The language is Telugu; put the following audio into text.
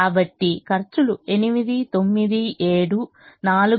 కాబట్టి ఖర్చులు 8 9 7 4 3 5 8 5 6